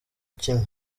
kimwe